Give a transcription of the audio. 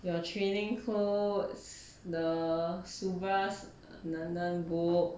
your training clothes the subhas anandan book